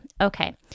okay